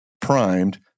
primed